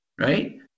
right